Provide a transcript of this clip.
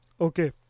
okay